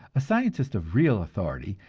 a scientist of real authority,